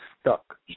stuck